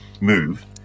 move